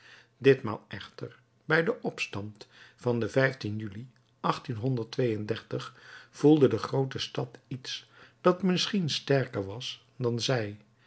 ditmaal echter bij den opstand van den juli voelde de groote stad iets dat misschien sterker was dan zij